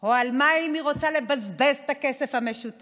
או על מה היא רוצה לבזבז את הכסף המשותף,